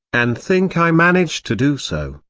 and think i managed to do so.